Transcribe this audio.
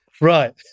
right